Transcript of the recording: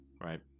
Right